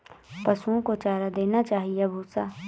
पशुओं को चारा देना चाहिए या भूसा?